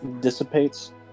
dissipates